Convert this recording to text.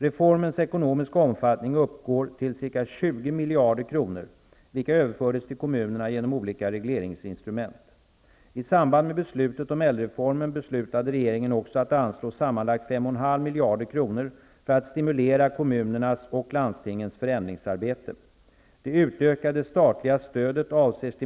Reformens ekonomiska omfattning uppgår till ca 20 miljarder kronor, vilka överförts till kommunerna genom olika regleringsinstrument. I samband med beslutet om äldrereformen beslutade regeringen också att anslå sammanlagt 5,5 miljarder kronor för att stimulera kommunernas och landstingens förändringsarbete.